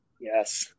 Yes